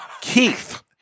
Keith